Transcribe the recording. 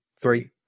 three